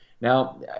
Now